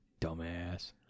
Dumbass